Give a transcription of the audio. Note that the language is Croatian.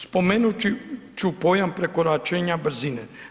Spomenuti ću pojam prekoračenja brzine.